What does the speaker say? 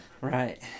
Right